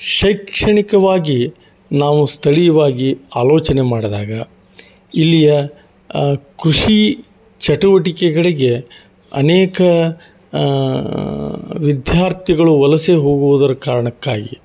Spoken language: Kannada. ಶೈಕ್ಷಣಿಕವಾಗಿ ನಾವು ಸ್ಥಳೀಯವಾಗಿ ಆಲೋಚನೆ ಮಾಡಿದಾಗ ಇಲ್ಲಿಯ ಕೃಷಿ ಚಟುವಟಿಕೆಗಳಿಗೆ ಅನೇಕ ವಿಧ್ಯಾರ್ಥಿಗಳು ವಲಸೆ ಹೋಗುವುದರ ಕಾರಣಕ್ಕಾಗಿ